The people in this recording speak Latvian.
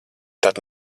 tad